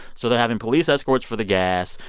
so they're having police escorts for the gas.